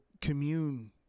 commune